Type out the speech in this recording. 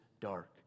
dark